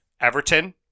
Everton